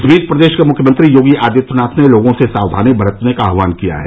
इस बीच प्रदेश के मृख्यमंत्री योगी आदित्यनाथ ने लोगों से साक्षानी बरतने का आहवान किया है